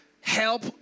help